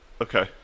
Okay